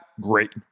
great